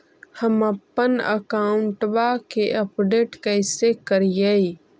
हमपन अकाउंट वा के अपडेट कैसै करिअई?